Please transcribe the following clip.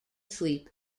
sleep